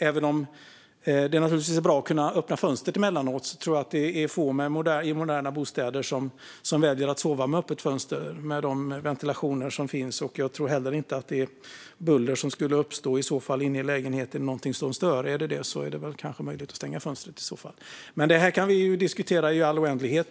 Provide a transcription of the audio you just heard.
Även om det naturligtvis är bra att kunna öppna fönstret emellanåt tror jag avslutningsvis att det är få som bor i moderna bostäder som väljer att sova med öppet fönster med de ventilationer som finns. Jag tror heller inte att det buller som skulle uppstå inne i lägenheten är någonting som stör, men i så fall vore det väl möjligt att stänga fönstret. Det här kan vi diskutera i all oändlighet.